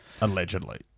Allegedly